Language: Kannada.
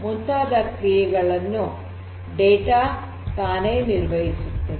ಮುಂತಾದ ಕ್ರಿಯೆಗಳನ್ನು ಡೇಟಾ ತಾನೇ ನಿರ್ವಹಿಸುತ್ತದೆ